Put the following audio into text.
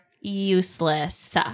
useless